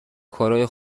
کارای